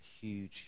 huge